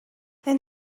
and